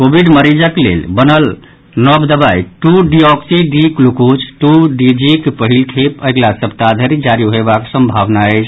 Covid मरीजक लेल बनल नव दवाई two deoxy D glucose two डीजीक पहिल खेप अगिला सप्ताह धरि जारी होयबाक सम्भावना अछि